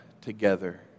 together